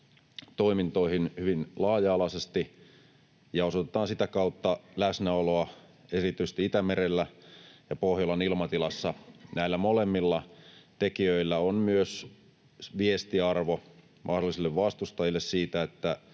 toimintoihin hyvin laaja-alaisesti ja osoitetaan sitä kautta läsnäoloa erityisesti Itämerellä ja Pohjolan ilmatilassa. Näillä molemmilla tekijöillä on myös viestiarvo mahdollisille vastustajille siitä, että